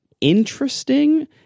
interesting